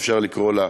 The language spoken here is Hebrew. אפשר לקרוא לה,